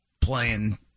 playing